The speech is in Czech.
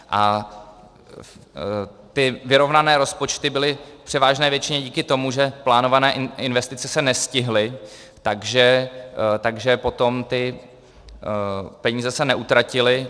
A ty vyrovnané rozpočty byly v převážné většině díky tomu, že plánované investice se nestihly, takže potom ty peníze se neutratily.